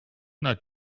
not